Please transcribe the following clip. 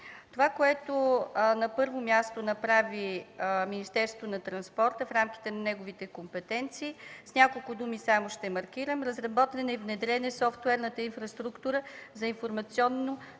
Това, което, на първо място, направи Министерството на транспорта в рамките на неговите компетенции, ще маркирам само с няколко думи: разработена и внедрена е софтуерната инфраструктура за информационни